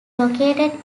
located